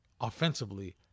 offensively